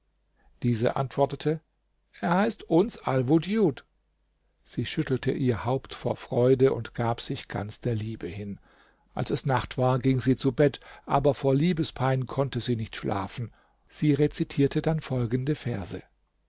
diese antwortete er heißt uns alwudjud sie schüttelte ihr haupt vor freude und gab sich ganz der liebe hin als es nacht war ging sie zu bett aber vor liebespein konnte sie nicht schlafen sie rezitierte dann folgende verse